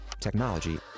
technology